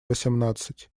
восемнадцать